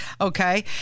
okay